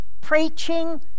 preaching